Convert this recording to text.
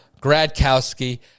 gradkowski